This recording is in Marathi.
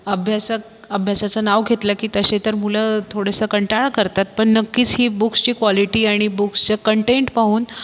अभ्यासक अभ्यासाचं नाव घेतलं की तसे तर मुलं थोडासा कंटाळा करतात पण नक्कीच ही बुक्सची क्वॉलिटी आणि बुक्सचं कंटेंट पाहून